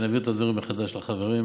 ואני אעביר את הדברים מחדש לחברים.